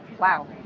Wow